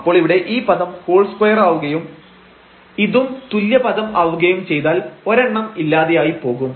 അപ്പോൾ ഇവിടെ ഈ പദം ഹോൾ സ്ക്വയർ ആവുകയും ഇതും തുല്യപദം ആവുകയും ചെയ്താൽ ഒരെണ്ണം ഇല്ലാതെയായി പോകും